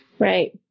Right